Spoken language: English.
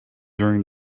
during